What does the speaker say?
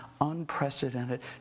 unprecedented